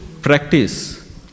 practice